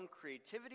creativity